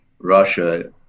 russia